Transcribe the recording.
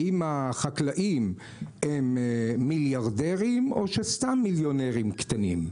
האם החקלאים הם מיליארדרים או שסתם מיליונרים קטנים.